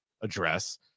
address